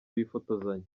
bifotozanya